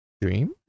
Dream